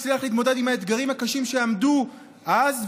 הצליח להתמודד עם האתגרים הקשים שעמדו אז,